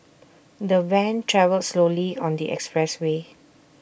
the van travelled slowly on the expressway